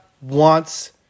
wants